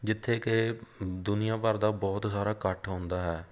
ਜਿੱਥੇ ਕਿ ਦੁਨੀਆਂ ਭਰ ਦਾ ਬਹੁਤ ਸਾਰਾ ਇਕੱਠ ਹੁੰਦਾ ਹੈ